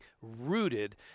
rooted